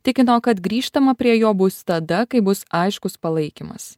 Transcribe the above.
tikino kad grįžtama prie jo bus tada kai bus aiškus palaikymas